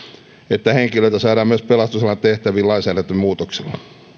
että henkilöitä saadaan myös pelastusalan tehtäviin lainsäädäntömuutoksilla